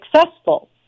successful